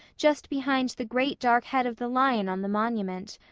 just behind the great dark head of the lion on the monument.